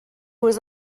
was